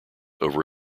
over